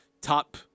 top